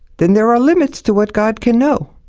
then there are limits to what god can know.